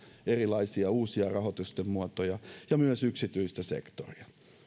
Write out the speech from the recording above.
erilaisia uusia rahoitusten muotoja ja myös yksityistä sektoria